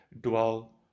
dwell